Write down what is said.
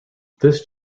this